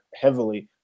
heavily